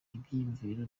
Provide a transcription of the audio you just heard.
ibyiyumviro